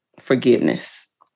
forgiveness